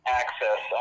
access